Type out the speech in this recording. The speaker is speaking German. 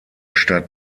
stadt